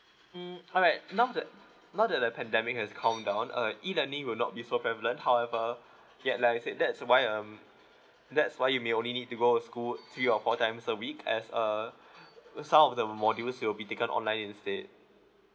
mm alright now that now that the pandemic has calm down uh E learning will not be so prevalent however yet like I said that's why um that's why you may only need to go to school three or four times a week as uh some of the modules you'll be taken online instead